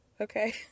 Okay